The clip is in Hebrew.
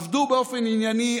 עבדו באופן ענייני,